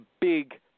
big